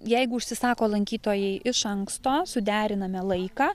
jeigu užsisako lankytojai iš anksto suderiname laiką